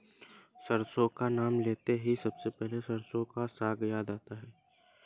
सरसों का नाम लेते ही सबसे पहले सरसों का साग याद आता है